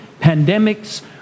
pandemics